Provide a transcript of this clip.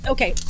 Okay